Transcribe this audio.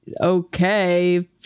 okay